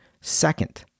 second